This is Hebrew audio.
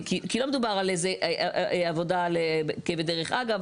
כי לא מדובר על איזה עבודה כבדרך אגב.